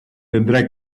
tendrá